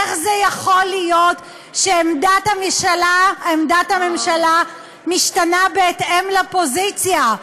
איך זה יכול להיות שעמדת הממשלה משתנה בהתאם לפוזיציה,